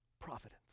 providence